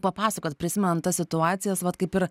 papasakot prisimenant tas situacijas vat kaip ir